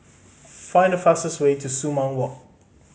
find the fastest way to Sumang Walk